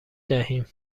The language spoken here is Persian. دهیم